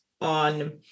on